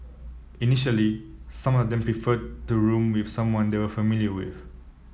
initially some of them preferred to room with someone they were familiar with